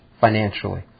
financially